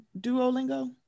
Duolingo